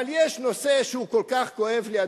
אבל יש נושא שהוא כל כך כואב לי,